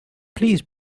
please